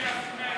מתנגדות.